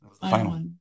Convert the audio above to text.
Final